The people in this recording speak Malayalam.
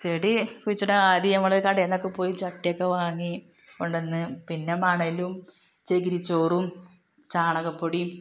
ചെടി കുഴിച്ചിടാൻ ആദ്യം നമ്മൾ കടയിൽനിന്നൊക്കെ പോയി ചട്ടിയൊക്കെ വാങ്ങി കൊണ്ടുവന്ന് പിന്നെ മണലും ചകിരിച്ചോറും ചാണകപ്പൊടിയും